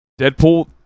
Deadpool